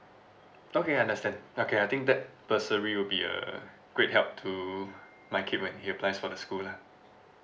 okay understand okay I think that bursary will be a great help to my kid when he applies for the school lah